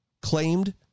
claimed